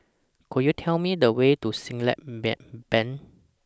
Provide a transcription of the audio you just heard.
Could YOU Tell Me The Way to Siglap Bank